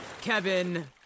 Kevin